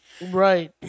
right